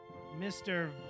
Mr